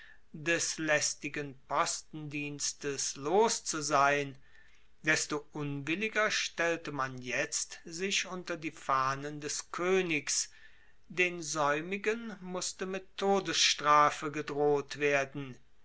des laestigen postendienstes los zu sein desto unwilliger stellte man jetzt sich unter die fahnen des koenigs den saeumigen musste mit todesstrafe gedroht werden